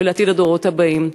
ולעתיד הדורות הבאים.